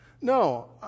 No